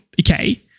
Okay